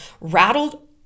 rattled